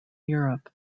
europe